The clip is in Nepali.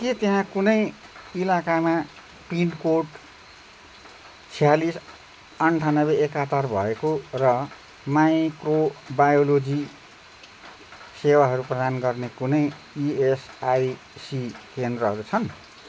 के त्यहाँ कुनै इलाकामा पिनकोड छ्यालिस अन्ठानब्बे एकहत्तर भएको र माइक्रोबायोलोजी सेवाहरू प्रदान गर्ने कुनै इएसआइसी केन्द्रहरू छन्